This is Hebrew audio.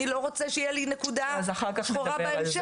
אני לא רוצה שתהיה לי נקודה שחורה בהמשך,